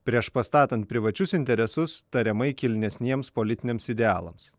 prieš pastatant privačius interesus tariamai kilnesniems politiniams idealams